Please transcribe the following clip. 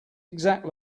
exact